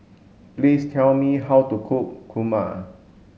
please tell me how to cook Kurma